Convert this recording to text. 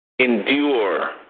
Endure